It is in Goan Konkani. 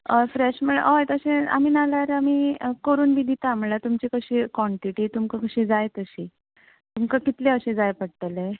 हय फ्रेश म्हणल्यार हय तशें आमी नाल्यार आमी करून बी दितात म्हणल्यार तुमचे कशें कॉन्टीटी तुमकां कशी जाय तशी तुमकां कितले अशें जाय पडटलें